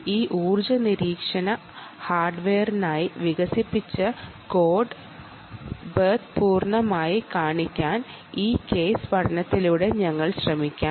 ഈ ഊർജ്ജ നിരീക്ഷണ ഹാർഡ്വെയറിനായി വികസിപ്പിച്ച കോഡ് ബേസ് പൂർണ്ണമായി കാണിക്കാൻ ഈ കേസ് പഠനത്തിലൂടെ ഞങ്ങൾ ശ്രമിക്കാം